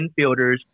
infielders